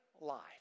life